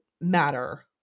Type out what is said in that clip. matter